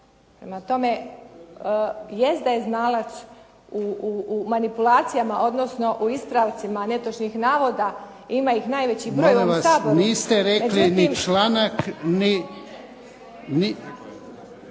Prema tome, jest da je znalac u manipulacijama odnosno u ispravcima netočnih navoda, ima ih najveći broj u ovom Saboru. **Jarnjak, Ivan (HDZ)** Niste rekli ni članak, ni.